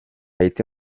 été